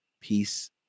peace